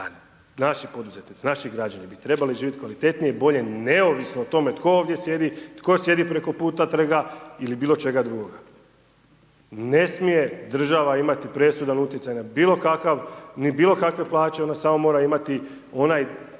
da naši poduzetnici, naši građani bi trebali živjeti kvalitetnije i bolje neovisno o tome tko ovdje sjedi, tko sjedi preko puta trga ili bilo čega drugoga. Ne smije država imati presudan utjecaj na bilo kakav ni bilo kakve plaće. Ona samo mora imati onaj,